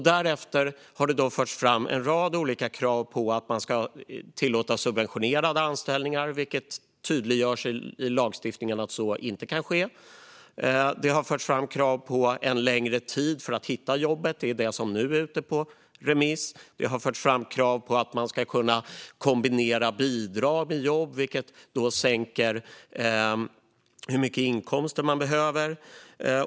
Därefter har det förts fram en rad olika krav på att man ska tillåta subventionerade anställningar, trots att det i lagstiftningen tydliggörs att så inte kan ske. Det har förts fram krav på en längre tid för att hitta jobb; det är det som nu är ute på remiss. Det har förts fram krav på att man ska kunna kombinera bidrag med jobb, vilket sänker nivån för den inkomst som behövs.